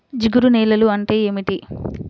జిగురు నేలలు అంటే ఏమిటీ?